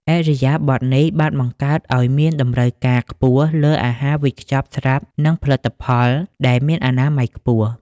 ឥរិយាបថនេះបានបង្កើតឱ្យមានតម្រូវការខ្ពស់លើ "អាហារវេចខ្ចប់ស្រាប់" និងផលិតផលដែលមានអនាម័យខ្ពស់។